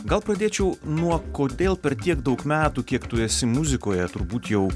gal pradėčiau nuo kodėl per tiek daug metų kiek tu esi muzikoje turbūt jau